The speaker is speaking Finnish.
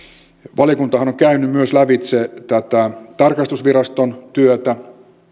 valiokuntahan on on käynyt myös lävitse tätä tarkastusviraston työtä